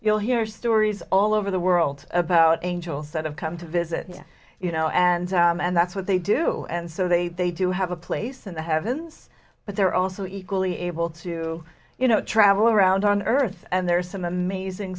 you'll hear stories all over the world about angels that have come to visit you know and and that's what they do and so they they do have a place in the heavens but they're also equally able to you know travel around on earth and there are some amazing